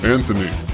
Anthony